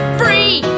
free